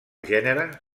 gènere